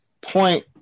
point